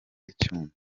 icyuma